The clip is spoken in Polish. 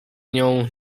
nią